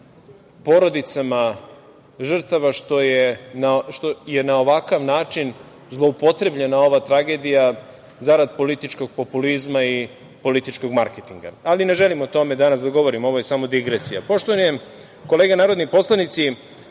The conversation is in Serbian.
porodicama žrtava što je na ovakav način zloupotrebljena ova tragedija zarad političkog populizma i političkog marketinga. Ne želim o tome danas da govorim, ovo je samo digresija. Poštovani kolege narodni poslanici,